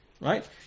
Right